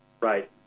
Right